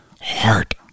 heart